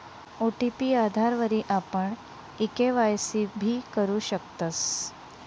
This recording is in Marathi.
ओ.टी.पी आधारवरी आपण ई के.वाय.सी भी करु शकतस